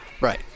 Right